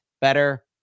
better